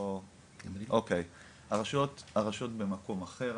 הרשויות במקום אחר,